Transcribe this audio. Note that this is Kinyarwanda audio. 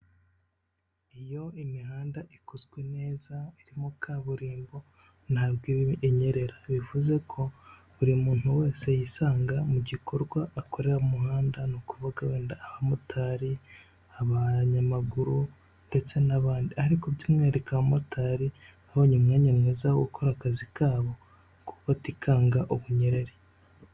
Iyo imihanda ikozwe neza irimo kaburimbo ntabwo inyerera bivuze ko buri muntu wese yisanga mu gikorwa akorera mu muhanda ni ukuvuga wenda abamotari, abanyamaguru ndetse n'abandi, ariko by'umwihariko abamotari baba babonye umwanya mwiza wo gukora akazi kabo kuko baba batikanga ubunyerere.